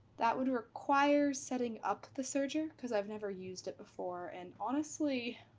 that would require setting up the serger because i've never used it before, and honestly